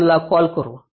1 याला कॉल करू